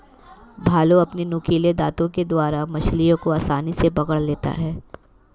भालू अपने नुकीले दातों के द्वारा मछलियों को आसानी से पकड़ लेता है